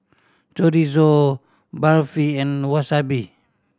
Chorizo Barfi and Wasabi